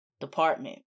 department